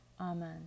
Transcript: Amen